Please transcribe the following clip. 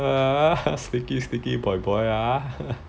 sneaky sneaky boy boy ah